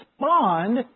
respond